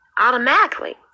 automatically